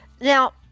Now